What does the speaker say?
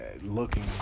looking